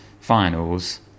finals